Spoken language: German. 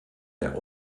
der